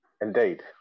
Indeed